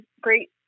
great